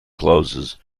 closes